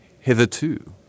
hitherto